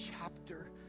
chapter